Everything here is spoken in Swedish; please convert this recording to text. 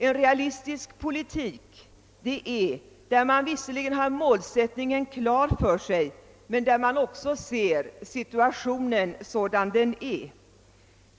En realistisk politik är att visserligen ha målsättningen klar för sig men också att se verkligheten sådan den är.